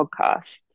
podcasts